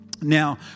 Now